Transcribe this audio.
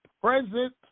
present